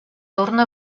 torna